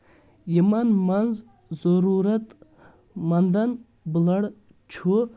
یِمن منٛز ضروٗرت مَندَن بٕلڈ چھُ